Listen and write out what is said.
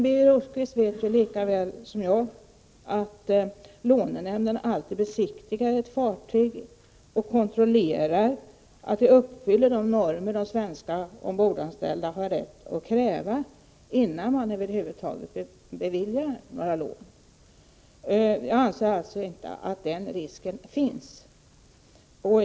Birger Rosqvist vet lika väl som jag att lånenämnden, innan man över huvud taget beviljar några lån, alltid besiktigar ett fartyg och kontrollerar att det uppfyller de normer som de svenska ombordanställda har rätt att kräva. Jag anser alltså inte att den risken finns.